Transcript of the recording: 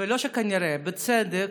בצדק,